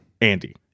Andy